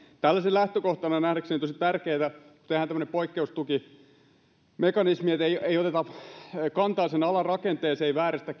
tällaisen lähtökohtana on nähdäkseni tosi tärkeätä kun tehdään tämmöinen poikkeustukimekanismi että ei oteta kantaa sen alan rakenteeseen ei vääristetä